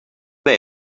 they